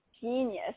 genius